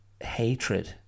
hatred